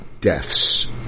deaths